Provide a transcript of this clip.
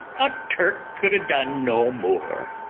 a turk could ha' done no more.